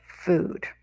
food